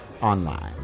online